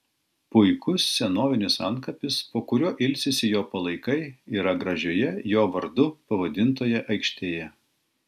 puikus senovinis antkapis po kuriuo ilsisi jo palaikai yra gražioje jo vardu pavadintoje aikštėje